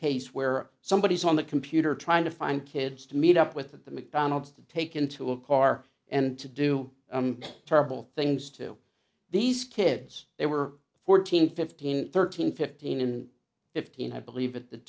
case where somebody is on the computer trying to find kids to meet up with at the mcdonald's to take into a car and to do terrible things to these kids they were fourteen fifteen thirteen fifteen and fifteen i believe at the